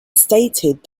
stated